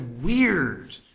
weird